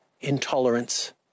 intolerance